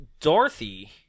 dorothy